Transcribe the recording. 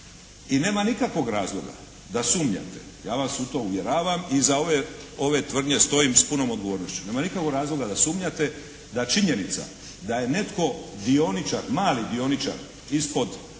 I nema nikakvog razloga da sumnjate, ja vas u to uvjeravam i iza ove tvrdnje stojim s punom odgovornošću, nema nikakvog razloga da sumnjate da je netko dioničar, mali dioničar ispod ne znam